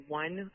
one